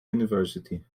university